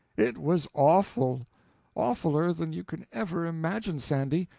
it was awful awfuler than you can ever imagine, sandy.